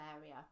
area